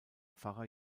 pfarrer